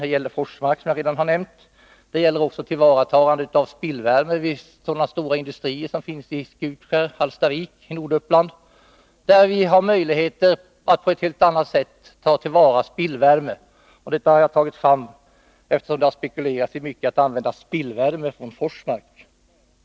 Det gäller, som jag redan har nämnt, Forsmark och tillvaratagandet av spillvärme vid de stora industrier som finns i Skutskär och Hallstavik i Uppland. Vi har möjligheter att på ett helt annat sätt än i dag ta till vara spillvärme från sådana industrier. Detta har jag velat framhålla, eftersom det har spekulerats mycket i att man skulle kunna använda spillvärme från Forsmark.